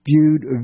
Viewed